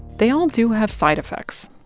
they all do have side effects,